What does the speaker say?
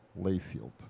Layfield